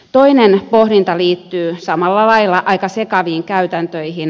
toinen pohdinta liittyy samalla lailla aika sekaviin käytäntöihin